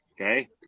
Okay